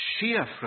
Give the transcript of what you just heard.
sheer